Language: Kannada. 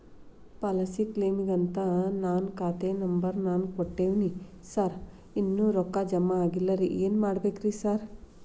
ಪಾಲಿಸಿ ಕ್ಲೇಮಿಗಂತ ನಾನ್ ಖಾತೆ ನಂಬರ್ ನಾ ಕೊಟ್ಟಿವಿನಿ ಸಾರ್ ಇನ್ನೂ ರೊಕ್ಕ ಜಮಾ ಆಗಿಲ್ಲರಿ ಏನ್ ಮಾಡ್ಬೇಕ್ರಿ ಸಾರ್?